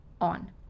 on